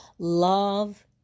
Love